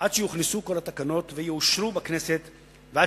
עד שיוכנסו כל התקנות ויאושרו בכנסת ועד